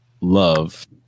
love